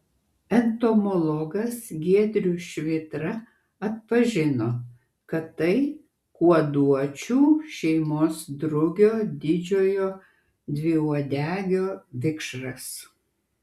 entomologas giedrius švitra atpažino kad tai kuoduočių šeimos drugio didžiojo dviuodegio vikšras